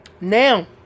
Now